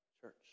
church